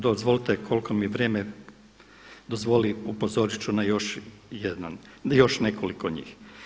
Dozvolite koliko mi vrijeme dozvoli, upozorit ću na još jedan, još nekoliko njih.